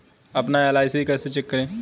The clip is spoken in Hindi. अपना एल.आई.सी कैसे चेक करें?